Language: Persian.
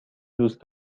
دوست